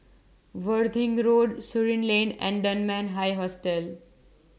Worthing Road Surin Lane and Dunman High Hostel